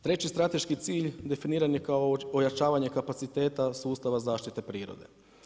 Treći strateški cilj definiran je kao ojačavanje kapaciteta sustava zaštite prirode.